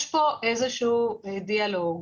יש פה איזשהו דיאלוג